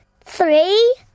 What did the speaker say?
three